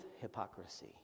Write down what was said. hypocrisy